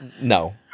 No